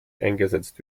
eingesetzt